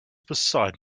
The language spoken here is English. beside